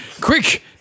Quick